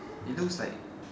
it looks like